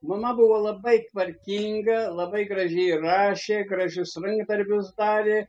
mama buvo labai tvarkinga labai gražiai rašė gražius rankdarbius darė